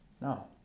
No